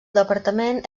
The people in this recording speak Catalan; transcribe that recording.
departament